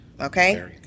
Okay